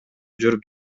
жүрүп